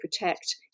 protect